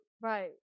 Right